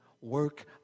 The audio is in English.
work